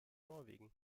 norwegen